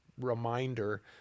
reminder